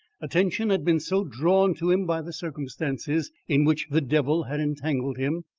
attention had been so drawn to him by the circumstances in which the devil had entangled him,